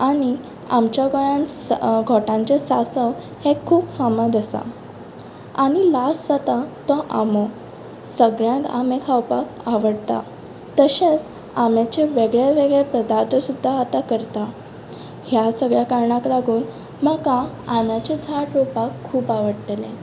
आनी आमच्या गोंयान स घोटांचे सांसव हें खूब फामाद आसा आनी लास्ट जाता तो आंबो सगळ्यांक आंबे खावपाक आवडटा तशेंच आंब्याचे वेगळे वेगळे पध्दार्थ सुद्दां आतां करतात ह्या सगळ्या कारणाक लागून म्हाका आंब्याचे झाड रोंवपाक खूब आवडटलें